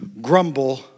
grumble